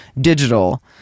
digital